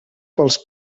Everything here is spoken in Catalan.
pels